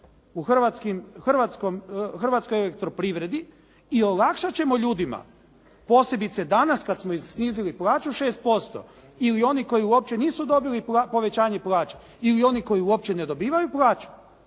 u Hrvatskoj elektroprivredi i olakšat ćemo ljudima, posebice danas kada smo im snizili plaću 6% ili oni koji uopće nisu dobili povećanje plaća ili oni koji uopće ne dobivaju plaću,